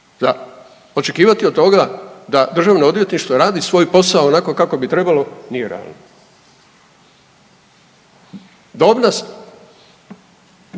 Za očekivati od toga da državno odvjetništvo radi svoj posao onako kako bi trebalo nije realno. Starosna